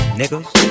niggas